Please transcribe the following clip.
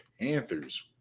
Panthers